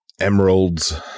Emerald's